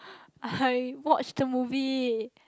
I watched the movie